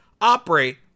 operate